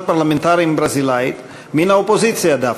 פרלמנטרים ברזילאית מן האופוזיציה דווקא.